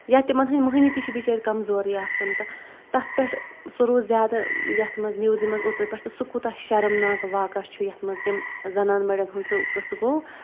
یا تِمَن ہٕنٛدۍ مٔہنِو تہِ چھِ بچٲرۍ کمزورٕے آسان تَتھ پٮ۪ٹھ سُہ روٗز زیادٕ یَتھ منٛز نِوزِ منٛز اوترٕ پٮ۪ٹھ تہٕ سُہ کوٗتاہ شَرَمناک واقع چھُ یَتھ منٛز تِم زنان مَڈٮ۪ن ہُںٛد سُہ قٕصہٕ گوٚو